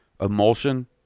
emulsion